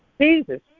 Jesus